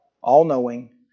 all-knowing